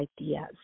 ideas